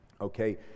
Okay